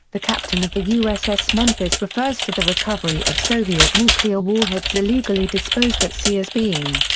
the captain of the uss memphis refers to the recovery of soviet nuclear warheads illegally disposed at sea as being.